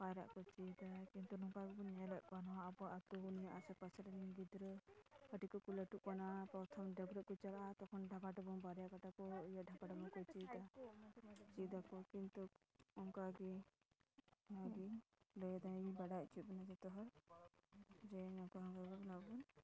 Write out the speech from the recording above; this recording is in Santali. ᱯᱟᱭᱨᱟᱜ ᱠᱚ ᱪᱮᱫᱟ ᱠᱤᱱᱛᱩ ᱱᱚᱝᱠᱟ ᱜᱮᱵᱚᱱ ᱧᱮᱞᱮᱫ ᱠᱚᱣᱟ ᱱᱚᱣᱟ ᱟᱵᱚ ᱟᱠᱚ ᱱᱤᱭᱟᱹ ᱟᱥᱮ ᱯᱟᱥᱮᱨᱮ ᱜᱤᱫᱽᱨᱟᱹ ᱠᱟᱹᱴᱤᱡ ᱠᱚ ᱞᱟᱹᱴᱩᱜ ᱠᱟᱱᱟ ᱯᱨᱚᱛᱷᱚᱢ ᱰᱟᱹᱵᱽᱨᱟᱹᱜ ᱠᱚ ᱪᱟᱞᱟᱜᱼᱟ ᱛᱚᱠᱷᱚᱱ ᱰᱷᱟᱵᱟ ᱰᱟᱵᱚᱱ ᱵᱟᱨᱭᱟ ᱠᱟᱴᱟ ᱠᱚ ᱤᱭᱟᱹ ᱰᱷᱟᱵᱟ ᱰᱟᱵᱚ ᱠᱚ ᱪᱮᱫᱟ ᱪᱮᱫᱟᱠᱚ ᱠᱤᱱᱛᱩ ᱚᱱᱠᱟ ᱜᱮ ᱞᱟᱹᱭᱮᱫᱟᱧ ᱵᱟᱰᱟᱭ ᱚᱪᱚ ᱵᱮᱱᱟ ᱡᱚᱛᱚ ᱦᱚᱲ ᱡᱮ ᱱᱚᱝᱠᱟ ᱚᱱᱟ